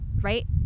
right